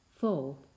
Four